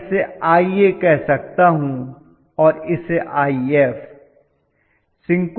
मैं इसे Ia कह सकता हूं और इसे If